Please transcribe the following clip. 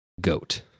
GOAT